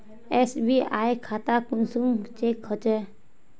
SBI खाता कुंसम check होचे?